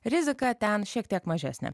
rizika ten šiek tiek mažesnė